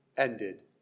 ended